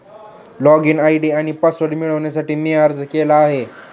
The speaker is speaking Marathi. लॉगइन आय.डी आणि पासवर्ड मिळवण्यासाठी मी अर्ज केला आहे